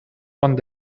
one